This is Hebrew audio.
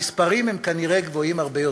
המספרים הם כנראה גדולים הרבה יותר.